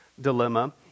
dilemma